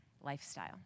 lifestyle